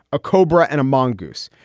a cobra and a mongoose.